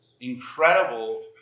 incredible